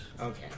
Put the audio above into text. Okay